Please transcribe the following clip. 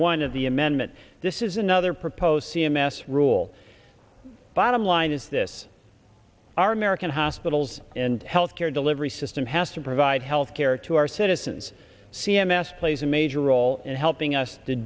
one of the amendment this is another proposed c m s rule bottom line is this our american hospitals and health care delivery system has to provide health care to our citizens c m s plays a major role in helping us to